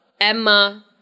emma